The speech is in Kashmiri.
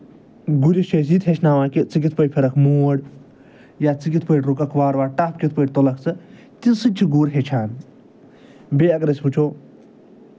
گُرِس چھِ أسۍ یہِ تہِ ہیٚچھناوان کہِ ژٕ کِتھ پٲٹھۍ پھِرَکھ موڈ یا ژٕ کِتھ پٲٹھۍ رُکَکھ وارٕ وارٕ ٹَپھ کِتھ پٲٹھۍ تُلکھ ژٕ تہِ سُہ تہِ چھِ گُر ہیٚچھان بیٚیہِ اَگر أسۍ وٕچھو